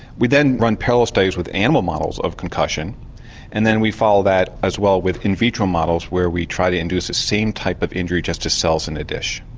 we then run parallel stage with animal models of concussion and then we follow that as well with in vitro models where we try to induce the same type of injury just as cells in a dish.